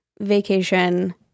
vacation